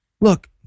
Look